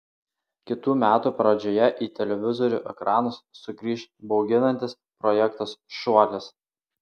kitų metų pradžioje į televizorių ekranus sugrįš bauginantis projektas šuolis